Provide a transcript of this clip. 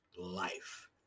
life